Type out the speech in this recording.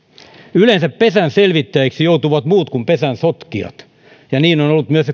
yleensä pesän selvittäjiksi joutuvat muut kuin pesän sotkijat ja niin on on ollut myös